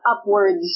upwards